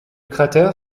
cratère